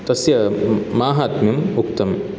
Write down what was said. तस्य माहात्म्यम् उक्तम्